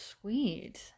sweet